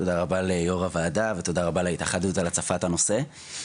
תודה רבה ליושבת ראש הוועדה ותודה רבה על ההתאחדות על הצפת הנושא.